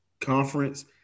conference